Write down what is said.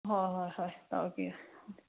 ꯍꯣꯍꯣ ꯍꯣꯏ ꯍꯣꯏ ꯇꯧꯒꯦ